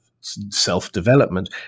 self-development